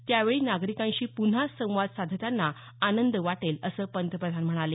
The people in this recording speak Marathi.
त्यावेळी नागरिकांशी प्न्हा संवाद साधताना आनंद वाटेल असं पंतप्रधान म्हणाले